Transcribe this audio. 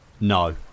no